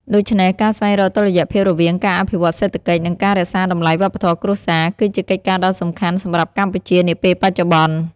ដូច្នេះ ការស្វែងរកតុល្យភាពរវាងការអភិវឌ្ឍសេដ្ឋកិច្ច និងការរក្សាតម្លៃវប្បធម៌គ្រួសារ គឺជាកិច្ចការដ៏សំខាន់សម្រាប់កម្ពុជានាពេលបច្ចុប្បន្ន។